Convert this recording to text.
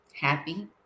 happy